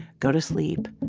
go to sleep.